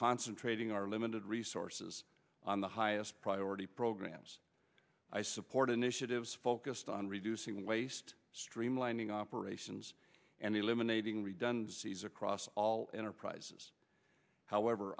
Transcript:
concentrating our limited resources on the highest priority programs i support initiatives focused on reducing waste streamlining operations and eliminating redundancies across all enterprises however